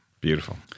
beautiful